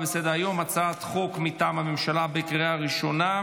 אני קובע כי הצעת החוק משפחות חיילים שנספו במערכה (תגמולים ושיקום)